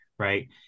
Right